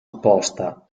opposta